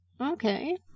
Okay